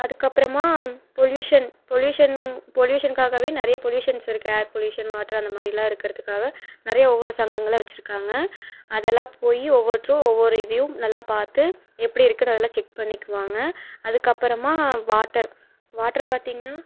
அதுக்கு அப்புறமா pollution pollution பொல்யூஷன்க்காகவே நிறைய பொலியூஷன்ஸ் இருக்கு ஏர் பொல்யூஷன் வாட்ரு அந்த மாதிரிலாம் இருக்கறதுக்காக நிறைய ஒவ்வொரு சங்கங்களாக வச்சுருக்காங்க அதை எல்லாம் போய் ஒவ்வொருத்தரும் ஒவ்வொரு இதையும் நல்லா பார்த்து எப்படி இருக்குனு அதை எல்லாம் செக் பண்ணிக்குவாங்க அதுக்கு அப்புறமா வாட்டர் வாட்டர் பார்த்திங்ன்னா